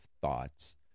thoughts